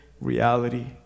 reality